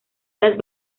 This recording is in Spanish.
las